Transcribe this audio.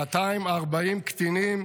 240 קטינים,